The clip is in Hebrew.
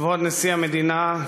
כבוד נשיא המדינה,